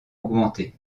augmenté